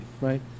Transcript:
right